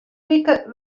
wike